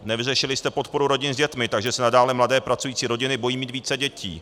Nevyřešili jste podporu rodin s dětmi, takže se nadále mladé pracující rodiny bojí mít více dětí.